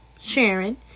Sharon